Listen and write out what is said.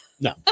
no